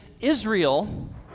Israel